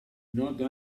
note